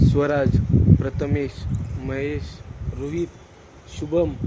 Swaraj Prathamesh Mahesh Rohit Shubham